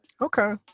Okay